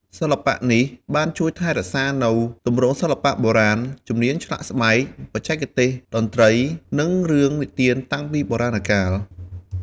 សិល្បៈនេះបានជួយថែរក្សានូវទម្រង់សិល្បៈបុរាណ ជំនាញឆ្លាក់ស្បែក បច្ចេកទេសតន្ត្រី និងរឿងនិទានតាំងពីបុរាណកាល។